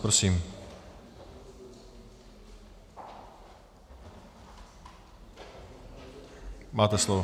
Prosím, máte slovo.